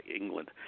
England